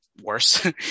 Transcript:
worse